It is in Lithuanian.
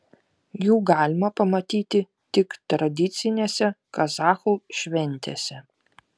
jų galima pamatyti tik tradicinėse kazachų šventėse